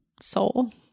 soul